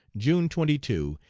june twenty two,